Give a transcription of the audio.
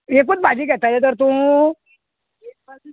एकूच भाजी घेतलें तर तूं